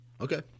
Okay